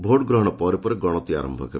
ଭୋଟଗ୍ରହଣ ପରେ ପରେ ଗଣତି ଆରମ୍ଭ ହେବ